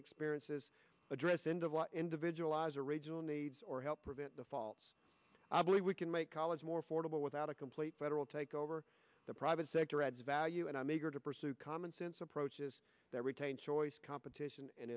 experiences address end of individualize original needs or help prevent the fall i believe we can make college more affordable without a complete federal takeover the private sector adds value and i'm eager to pursue common sense approaches that retain choice competition and